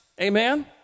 Amen